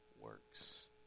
works